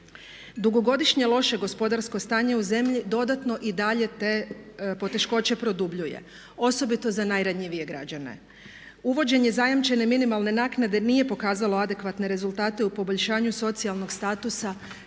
Dugogodišnje loše gospodarsko stanje u zemlji dodatno i dalje te poteškoće produbljuje osobito za najranjivije građene. Uvođenje zajamčene minimalne naknade nije pokazalo adekvatne rezultate u poboljšanju socijalnog statusa